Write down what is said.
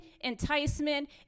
enticement